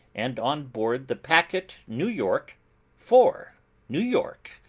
and on board the packet new york for new york.